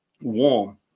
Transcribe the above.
warm